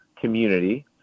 community